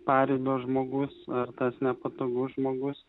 paribio žmogus ar tas nepatogus žmogus